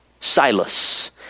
Silas